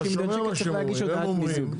מיליון שקל צריך להגיש הודעת מיזוג.